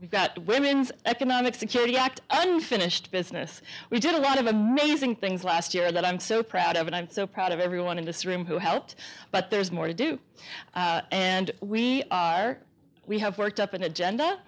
we got women's economic security act unfinished business we did a lot of amazing things last year that i'm so proud of and i'm so proud of everyone in this room who helped but there's more to do and we are we have worked up an agenda